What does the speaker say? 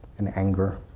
and anger,